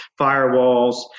firewalls